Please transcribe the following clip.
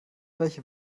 welche